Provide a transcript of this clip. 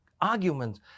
arguments